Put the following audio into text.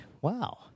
wow